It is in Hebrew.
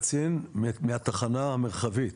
בקצין מהתחנה המרחבית.